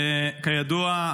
כידוע,